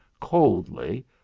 coldly